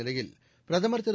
நிலையில் பிரதமர் திரு